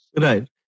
Right